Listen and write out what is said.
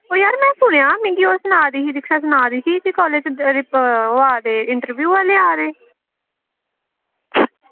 ओह् यार में सुनेआं ओह् मिगी सना दी ही दिक्षा सनादी ही की कॉलेज़ ओह् आवा दे इंटरव्यू आह्ले आवा दे